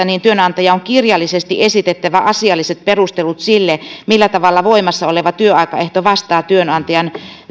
niin työnantajan on kirjallisesti esitettävä asialliset perustelut sille millä tavalla voimassa oleva työaikaehto vastaa työnantajan